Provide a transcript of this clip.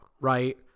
right